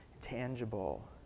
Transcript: tangible